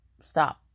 Stop